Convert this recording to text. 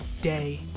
day